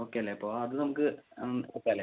okay അല്ലേ അപ്പം അത് നമുക്ക് നോക്കാം അല്ലേ